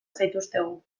zaituztegu